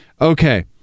Okay